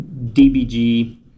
DBG